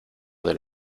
del